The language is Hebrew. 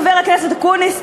חבר הכנסת אקוניס,